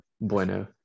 bueno